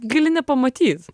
gali nepamatyt